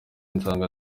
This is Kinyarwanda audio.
nsanga